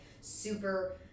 super